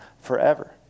forever